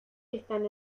están